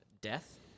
death